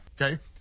Okay